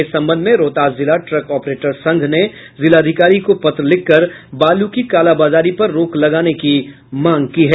इस संबंध में रोहतास जिला ट्रक ऑपरेटर संघ ने जिलाधिकारी को पत्र लिखकर बालू की कालाबाजारी पर रोक लगाने की मांग की है